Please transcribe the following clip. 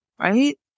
right